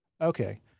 Okay